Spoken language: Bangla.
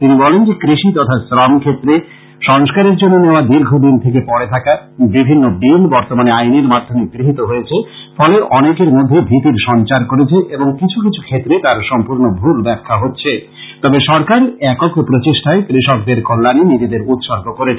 তিনি বলেন যে কৃষি তথা শ্রম ক্ষেত্রে সংস্কারের জন্য নেওয়া দীর্ঘ দিন থেকে পড়ে থাকা বিভিন্ন বিল বর্তমানে আইনের মাধ্যমে গৃহিত হয়েছে ফলে অনেকের মধ্যেই ভীতির সঞ্চার করেছে এবং কিছু কিছু ক্ষেত্রে তার সম্পূর্ণ ভল ব্যাখ্যা হচ্ছে তবে সরকার একক প্রচেষ্টায় কৃষকদের কল্যানে নিজেদের উৎসর্গ করেছে